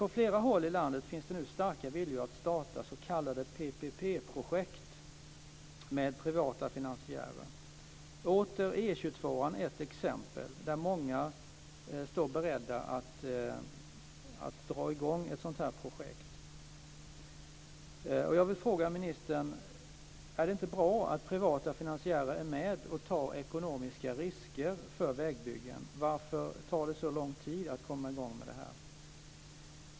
På flera håll i landet finns det nu starka viljor att starta s.k. PPP-projekt med privata finansiärer. E 22 är återigen ett exempel. Många står där beredda att dra i gång ett sådant här projekt. Jag vill fråga ministern: Är det inte bra att privata finansiärer är med och tar ekonomiska risker för vägbyggen? Varför tar det så lång tid att komma i gång med det här?